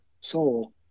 soul